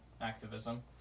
activism